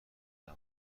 بجا